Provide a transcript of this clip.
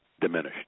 diminished